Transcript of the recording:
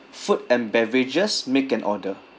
food and beverages make an order